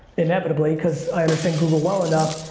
inevitably, cause i understand google well enough,